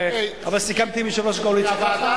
אבל סיכמתי עם יושב-ראש הקואליציה.